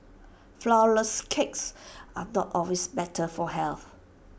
Flourless Cakes are not always better for health